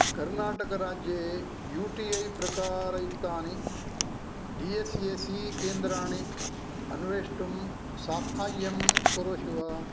कर्णाटक राज्ये U T I प्रकारयुक्तानि D S A C केन्द्राणि अन्वेष्टुं साहाय्यं करोषि वा